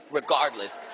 regardless